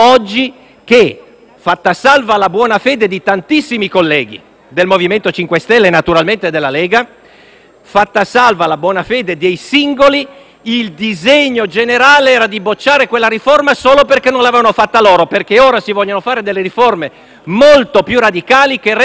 fatta salva la buona fede di tantissimi colleghi del MoVimento 5 Stelle e della Lega, fatta salva la buona fede dei singoli, il disegno generale era di bocciare quella riforma solo perché non l'avevano fatta loro. Perché ora si vogliono fare delle riforme molto più radicali che rendono il Parlamento